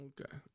Okay